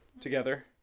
together